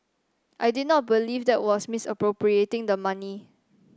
I did not believe that was misappropriating the money